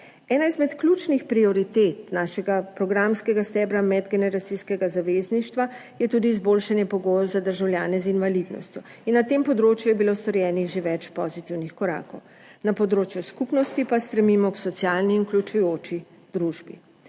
Ena izmed ključnih prioritet našega programskega stebra medgeneracijskega zavezništva je tudi izboljšanje pogojev za državljane z invalidnostjo. Na tem področju je bilo storjenih že več pozitivnih korakov, na področju skupnosti pa stremimo k socialni in vključujoči družbi.